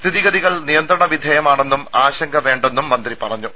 സ്ഥിതിഗതികൾ നിയന്ത്രണ വിധേയമാണെന്നും ആശങ്ക വേണ്ടെന്നും മന്ത്രി പറഞ്ഞു